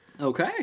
Okay